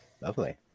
Lovely